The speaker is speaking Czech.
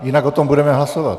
Jinak o tom budeme hlasovat.